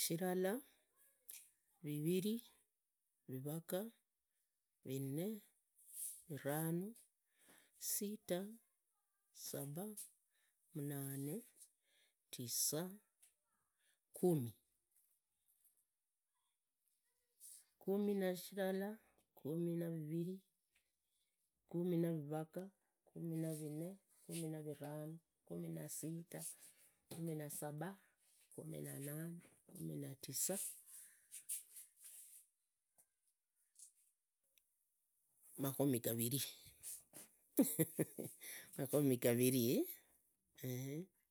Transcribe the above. Shilala, viviri, vivaga, vinne, viranu, sita, saba, munane, tisa, kumi, kumi na shilala, kumi na viviri, kumi na vivaga, kumi na vinne, kumi na viranu, kumi na sita, kumi na saba, kumi na munane, kumi na tisa makhomi gaviri, makhomi gaviri.